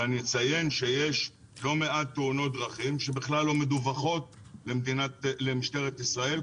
ואני אציין שיש לא מעט תאונות דרכים שבכלל לא מדווחות למשטרת ישראל,